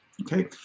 Okay